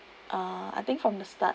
uh I think from the start